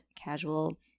casual